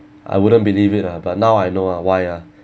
I wouldn't believe it lah but now I know ah why ah